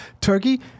Turkey